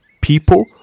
people